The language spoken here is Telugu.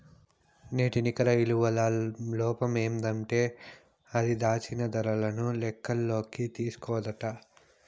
నేటి నికర ఇలువల లోపమేందంటే అది, దాచిన దరను లెక్కల్లోకి తీస్కోదట